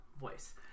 voice